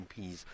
MPs